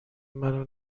منو